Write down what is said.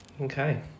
Okay